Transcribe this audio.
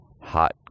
hot